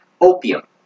opium